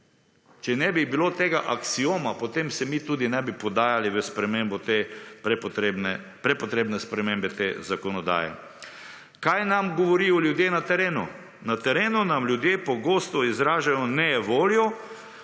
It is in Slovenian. Če ne bi bilo tega aksioma, potem se mi tudi ne bi podajali v spremembo te prepotrebne, prepotrebne spremembe te zakonodaje. Kaj nam govorijo ljudje na terenu? Na terenu nam ljudje pogosto izražajo nejevoljo,